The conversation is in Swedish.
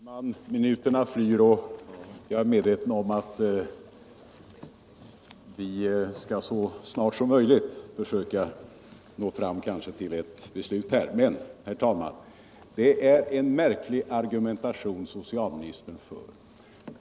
Herr talman! Minuterna flyr, och jag är medveten om att vi skall försöka att så snart som möjligt nå fram till ett beslut här. Men, herr talman, det är en märklig argumentation som socialministern för!